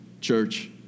church